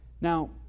Now